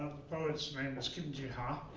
poet's name is kim ji-ha.